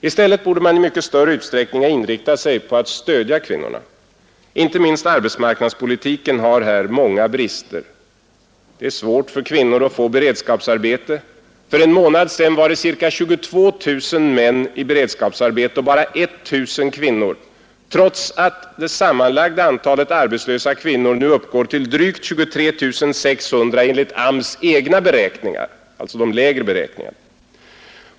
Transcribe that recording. I stället borde man i mycket större utsträckning ha inriktat sig på att stödja kvinnorna. Inte minst arbetsmarknadspolitiken har här många brister. Det är svårt för kvinnor att få beredskapsarbete — för en månad sedan var ca 22 000 män i beredskapsarbete och bara 1 000 kvinnor, trots att antalet arbetslösa kvinnor nu uppgår till drygt 23 600 enligt AMS:s egna beräkningar, alltså de lägre beräkningarna.